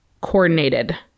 coordinated